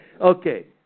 Okay